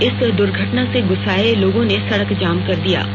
इस दुर्घटना से गुस्साए लोगों ने सड़क जाम कर दी